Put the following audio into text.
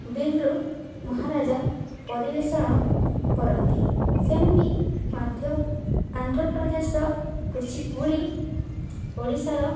ବିର୍ରୁ ମହାରାଜା ପରିବେଷଣ କରନ୍ତି ସେମିତି ମଧ୍ୟ ଆନ୍ଧ୍ରପ୍ରଦେଶର କୁଚିକୁଡ଼ି ଓଡ଼ିଶାର